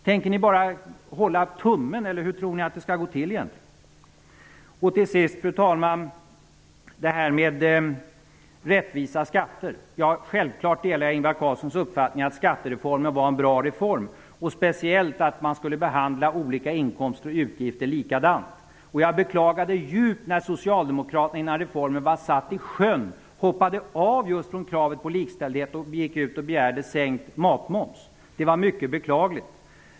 Tänker ni bara hålla tummen, eller hur tror ni egentligen att det skall gå till? Fru talman! Jag vill till sist nämna rättvisa skatter. Självfallet delar jag Ingvar Carlssons uppfattning att skattereformen var en bra reform, och speciellt att man skulle behandla olika inkomster och utgifter likadant. Jag beklagade djupt att Socialdemokraterna hoppade av just från kravet på likställdhet innan reformen var satt i sjön och gick ut och begärde sänkt matmoms. Det var mycket beklagligt.